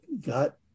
got